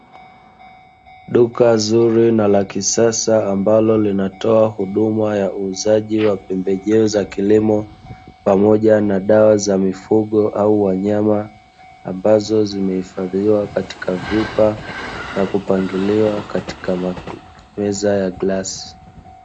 Duka zuri na lakisasa ambalo linatoa huduma ya uuzaji wa pembejeo za kilimo pamoja na dawa za mifugo au wanyama ambazo zimehifadhiwa katika vyupa na kupangiliwa katika meza ya glasi.